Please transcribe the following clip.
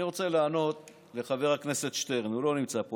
אני רוצה לענות לחבר הכנסת שטרן, הוא לא נמצא פה.